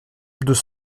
deux